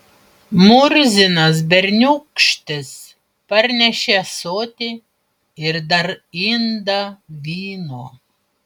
murzinas berniūkštis parnešė ąsotį ir dar indą vyno